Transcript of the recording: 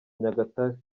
nyagatare